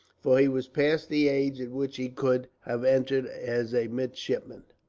for he was past the age at which he could have entered as a midshipman.